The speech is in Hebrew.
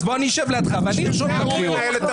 אז אני אשב לידך ואני ארשום את הקריאות.